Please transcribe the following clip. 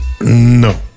No